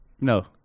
No